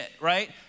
right